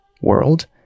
World